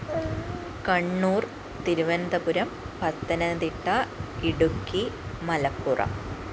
Kannur Thiruvananthapuram Pathanamthitta Idukki Malappuram